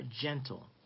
gentle